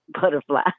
butterfly